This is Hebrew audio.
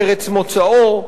ארץ מוצאו,